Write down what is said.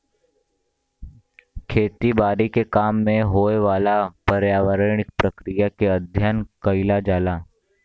खेती बारी के काम में होए वाला पर्यावरणीय प्रक्रिया के अध्ययन कइल जाला